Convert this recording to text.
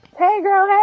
hey, girl